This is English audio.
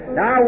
Now